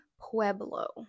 Pueblo